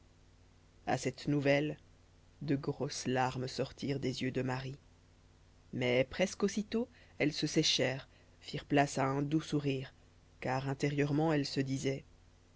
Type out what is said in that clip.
a cette nouvelle de grosses larmes sortirent des yeux de marie mais presque aussitôt elles se séchèrent firent place à un doux sourire car intérieurement elle se disait